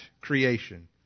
creation